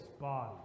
body